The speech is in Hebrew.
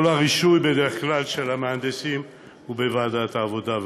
בדרך כלל כל הרישוי של המהנדסים הוא בוועדת העבודה,